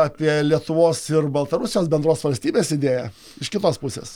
apie lietuvos ir baltarusijos bendros valstybės idėją iš kitos pusės